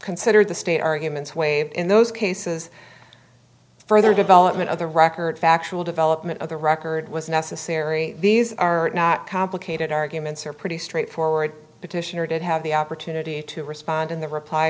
considered the state arguments waived in those cases further development of the record factual development of the record was necessary these are not complicated arguments or pretty straightforward did have the opportunity to respond in the reply